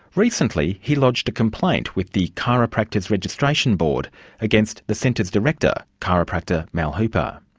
recently he lodged a complaint with the chiropractors registration board against the centre's director, chiropractor mal hooper.